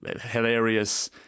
hilarious